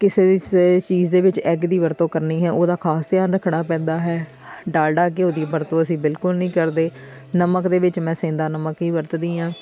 ਕਿਸੇ ਵੀ ਸ ਚੀਜ਼ ਦੇ ਵਿੱਚ ਐੱਗ ਦੀ ਵਰਤੋਂ ਕਰਨੀ ਹੈ ਉਹਦਾ ਖਾਸ ਧਿਆਨ ਰੱਖਣਾ ਪੈਂਦਾ ਹੈ ਡਾਲਡਾ ਘਿਓ ਦੀ ਵਰਤੋਂ ਅਸੀਂ ਬਿਲਕੁਲ ਨਹੀਂ ਕਰਦੇ ਨਮਕ ਦੇ ਵਿੱਚ ਮੈਂ ਸੇਂਦਾ ਨਮਕ ਹੀ ਵਰਤਦੀ ਹਾਂ